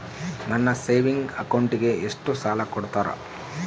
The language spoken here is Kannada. ನನ್ನ ಸೇವಿಂಗ್ ಅಕೌಂಟಿಗೆ ಎಷ್ಟು ಸಾಲ ಕೊಡ್ತಾರ?